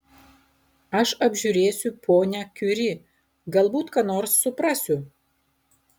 aš apžiūrėsiu ponią kiuri galbūt ką nors suprasiu